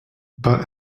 but